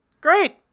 Great